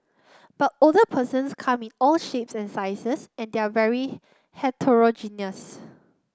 but older persons come in all shapes and sizes and they're very heterogeneous